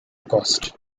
cost